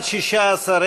סעיפים 1 3 נתקבלו.